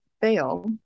fail